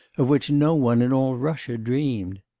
of which no one in all russia dreamed.